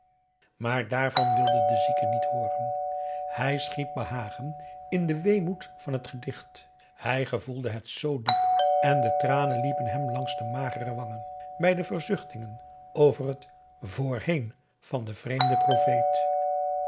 maar daarvan wilde de zieke niet hooren hij schiep behagen in den weemoed van het gedicht hij gevoelde het zoo diep en de tranen liepen hem langs de magere wangen bij de verzuchtingen over het voorheen van den vreemden profeet